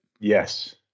Yes